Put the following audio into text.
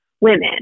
women